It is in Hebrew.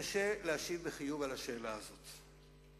קשה להשיב בחיוב על השאלה הזאת.